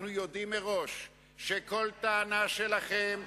אנחנו יודעים מראש שכל טענה שלכם,